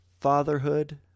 fatherhood